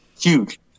huge